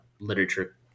literature